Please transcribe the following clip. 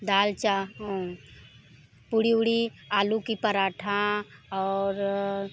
दालचा पूड़ी उड़ी आलू का पराठा और